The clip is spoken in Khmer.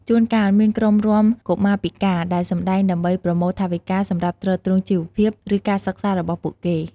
ជួនកាលមានក្រុមរាំកុមារពិការដែលសម្ដែងដើម្បីប្រមូលថវិកាសម្រាប់ទ្រទ្រង់ជីវភាព ឬការសិក្សារបស់ពួកគេ។